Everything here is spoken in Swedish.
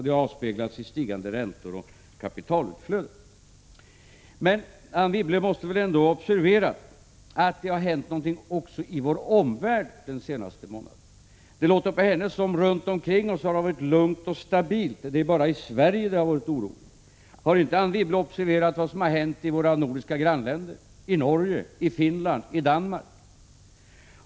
Det avspeglades i stigande räntor och kapitalutflöden. Men Anne Wibble måste väl ändå ha observerat att det har hänt något också i vår omvärld den senaste månaden. Det låter på henne som om det runt omkring oss har varit lugnt och stabilt, det är bara i Sverige det har varit oroligt. Har inte Anne Wibble observerat vad som har hänt i våra nordiska grannländer, i Norge, i Finland, i Danmark?